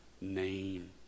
name